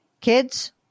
Kids